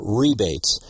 rebates